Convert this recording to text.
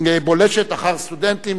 בולשת אחר סטודנטים,